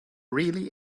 really